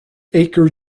akers